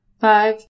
five